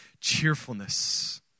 cheerfulness